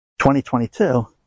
2022